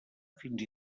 fins